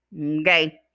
Okay